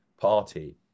party